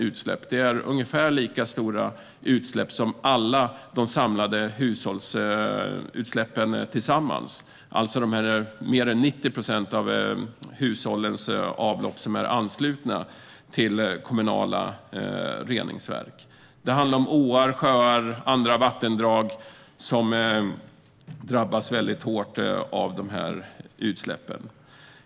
Utsläppen är ungefär lika stora som alla de övriga hushållens utsläpp tillsammans, alltså de över 90 procent hushållsavlopp som är anslutna till kommunala reningsverk. Åar, sjöar och andra vattendrag drabbas hårt av dessa utsläpp.